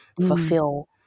fulfill